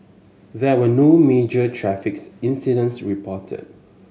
there were no major traffic incidents reported